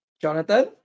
Jonathan